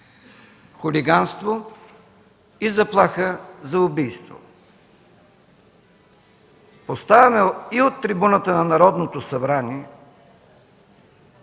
хулиганство и заплаха за убийство. Поставяме и от трибуната на Народното събрание